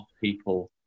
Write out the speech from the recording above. people